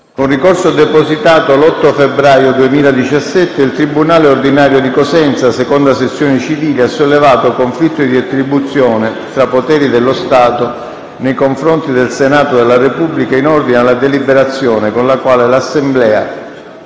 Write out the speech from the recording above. Con ricorso depositato l'8 febbraio 2017, il tribunale ordinario di Cosenza - seconda sezione civile ha sollevato conflitto di attribuzione tra poteri dello Stato nei confronti del Senato della Repubblica in ordine alla deliberazione con la quale l'Assemblea,